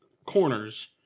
Corners